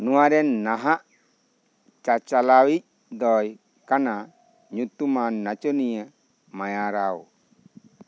ᱱᱚᱶᱟ ᱨᱮᱱ ᱱᱟᱦᱟᱜ ᱪᱟᱼᱪᱟᱞᱟᱣᱤᱡ ᱫᱚᱭ ᱠᱟᱱᱟ ᱧᱩᱛᱩᱢᱟᱱ ᱱᱟᱪᱚᱱᱤᱭᱟᱹ ᱢᱟᱭᱟ ᱨᱟᱣ